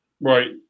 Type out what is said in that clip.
right